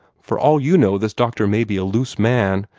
for all you know this doctor may be a loose man,